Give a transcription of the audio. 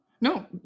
no